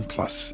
Plus